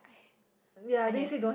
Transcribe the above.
I have